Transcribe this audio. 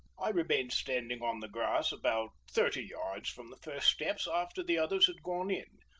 i remained standing on the grass about thirty yards from the first steps after the others had gone in,